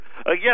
Again